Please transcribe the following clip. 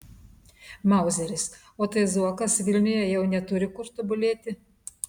mauzeris o tai zuokas vilniuje jau neturi kur tobulėti